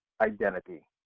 identity